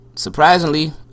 surprisingly